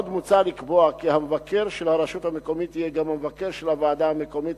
עוד מוצע לקבוע כי המבקר של הרשות המקומית יהיה גם המבקר של הוועדה המקומית